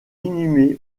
inhumée